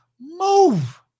Move